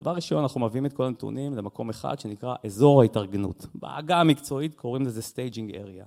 דבר ראשון, אנחנו מביאים את כל הנתונים למקום אחד שנקרא אזור ההתארגנות. בעגה המקצועית קוראים לזה staging area.